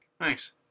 thanks